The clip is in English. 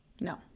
no